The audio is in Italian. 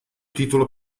titolo